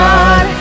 God